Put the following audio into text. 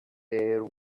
air